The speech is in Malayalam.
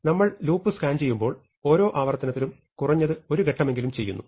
നമ്മൾ ലൂപ്പ് സ്കാൻ ചെയ്യുമ്പോൾ ഓരോ ആവർത്തനത്തിലും കുറഞ്ഞത് ഒരു ഘട്ടമെങ്കിലും ചെയ്യുന്നു